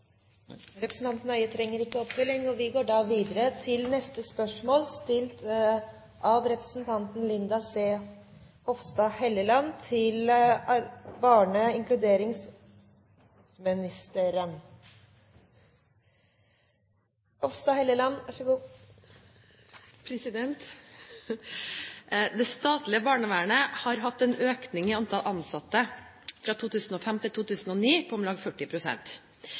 Representanten Høie ønsker ikke ordet til oppfølgingsspørsmål, og vi går da videre til neste spørsmål. Dette spørsmålet er utsatt til neste spørretime, da statsråden er bortreist. «Det statlige barnevernet har hatt en øking i antall ansatte fra 2005 til 2009 på om lag